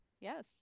Yes